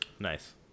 Nice